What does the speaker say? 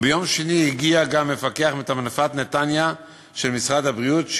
וביום שני הגיע גם מפקח מטעם נפת נתניה של משרד הבריאות,